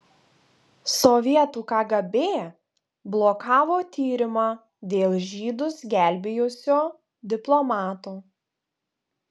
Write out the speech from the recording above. sovietų kgb blokavo tyrimą dėl žydus gelbėjusio diplomato